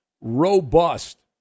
robust